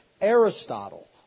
Aristotle